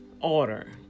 order